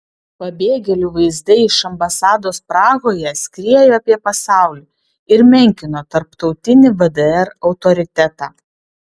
pabėgėlių vaizdai iš ambasados prahoje skriejo apie pasaulį ir menkino tarptautinį vdr autoritetą